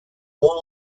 war